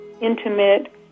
intimate